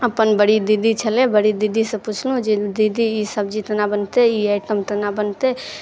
अपन बड़ी दीदी छलै बड़ी दीदीसँ पुछलहुँ जे दीदी ई सब्जी कोना बनतै ई आइटम कोना बनतै